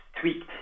tweaked